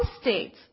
states